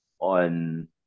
on